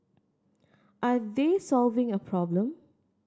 are they solving a problem